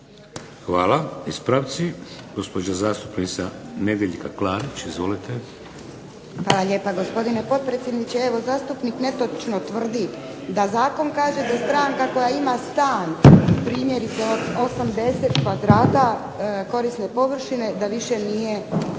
Hvala. Ispravci, gospođa zastupnica Nedjeljka Klarić. Izvolite. **Klarić, Nedjeljka (HDZ)** Hvala lijepa gospodine potpredsjedniče. Evo, zastupnik netočno tvrdi da zakon kaže da stranka koja ima stan primjerice od 80 kvadrata korisne površine da više nije socijalni